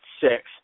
six